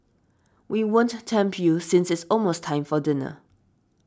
we won't tempt you since it's almost time for dinner